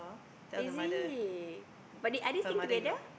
is it but they are they staying together